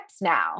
now